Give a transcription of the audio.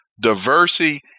diversity